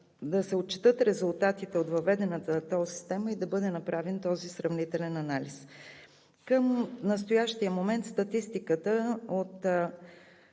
да се отчетат резултатите от въведената тол система и да бъде направен този сравнителен анализ. Към настоящия момент статистиката от